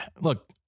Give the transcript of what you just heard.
look